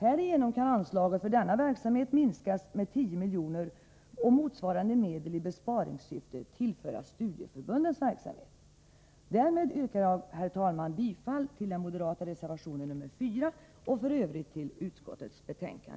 Härigenom kan anslaget till denna verksamhet minskas med 10 milj.kr. och motsvarande medel i besparingssyf te tillföras studieförbundens verksamhet. Därmed yrkar jag, herr talman, bifall till den moderata reservationen 4 och i Övrigt bifall till utskottets hemställan.